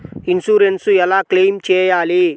Insurance ఎలా claim చేయాలి?